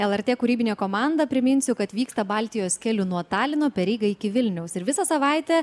lrt kūrybinė komanda priminsiu kad vyksta baltijos keliu nuo talino per rygą iki vilniaus ir visą savaitę